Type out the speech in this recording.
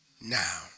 now